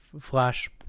flash